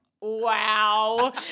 wow